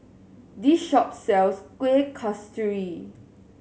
this shop sells Kueh Kasturi